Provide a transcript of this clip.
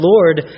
Lord